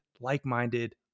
like-minded